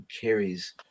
carries